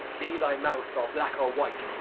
be thy mouth or black or white,